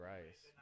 Rice